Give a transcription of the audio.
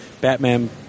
Batman